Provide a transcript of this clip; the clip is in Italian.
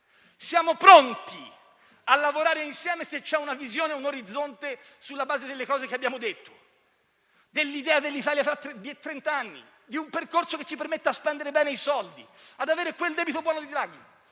siamo pronti a lavorare insieme se c'è una visione e un orizzonte sulla base delle cose che abbiamo detto, dell'idea dell'Italia tra trent'anni, di un percorso che ci permetta di spendere bene i soldi, di avere quel debito buono di Draghi.